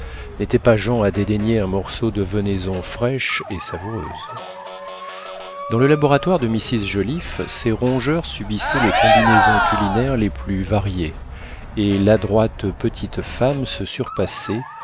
n'étaient pas gens à dédaigner un morceau de venaison fraîche et savoureuse dans le laboratoire de mrs joliffe ces rongeurs subissaient les combinaisons culinaires les plus variées et l'adroite petite femme se surpassait